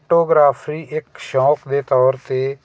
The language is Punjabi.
ਫੋਟੋਗ੍ਰਾਫਰੀ ਇੱਕ ਸ਼ੌਂਕ ਦੇ ਤੌਰ 'ਤੇ